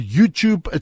YouTube